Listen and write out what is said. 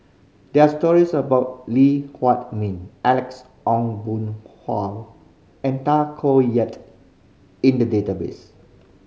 there are stories about Lee Huei Min Alex Ong Boon Hau and Tay Koh Yat in the database